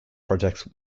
projects